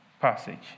passage